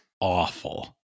awful